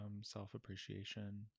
self-appreciation